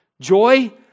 Joy